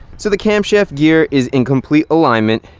so the camshaft gear is in complete alignment.